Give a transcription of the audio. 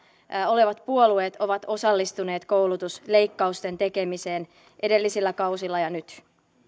olevat puolueet ovat osallistuneet koulutusleikkausten tekemiseen edellisillä kausilla ja nyt